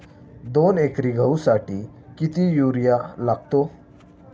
दोन एकर गहूसाठी किती युरिया लागतो?